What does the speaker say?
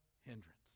hindrance